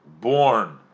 born